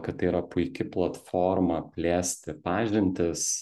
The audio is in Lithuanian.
kad tai yra puiki platforma plėsti pažintis